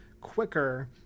quicker